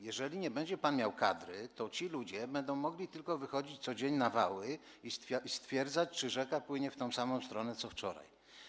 Jeżeli nie będzie pan miał kadry, to ci ludzie będą mogli tylko wychodzić co dzień na wały i stwierdzać, czy rzeka płynie w tę samą stronę co wczoraj.